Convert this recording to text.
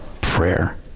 prayer